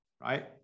right